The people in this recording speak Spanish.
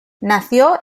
nació